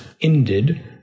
ended